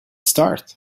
start